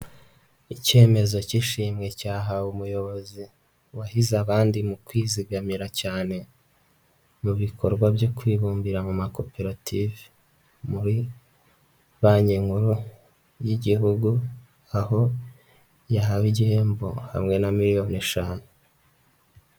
Ikemezo k'ishimwe cyahawe umuyobozi wahize abandi mu kwizigamira cyane mu bikorwa byo kwibumbira mu makoperative muri Banki Nkuru y'Igihugu aho yahawe igihembo hamwe na miliyoni eshanu.